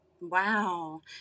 Wow